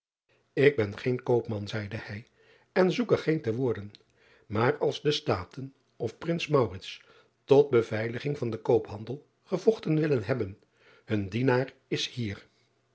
k ben geen koopman zeide hij en zoek er geen te worden aar als de taten of rins tot beveiliging van den koophandel gevochten willen hebben hun dienaar is hier